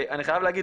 אני חייב להגיד,